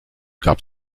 gab